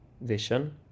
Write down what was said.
vision